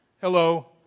Hello